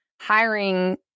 hiring